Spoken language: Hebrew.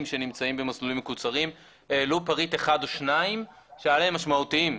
שנמצאים במסלולים מקוצרים העלו פריט אחד או שניים שהם משמעותיים,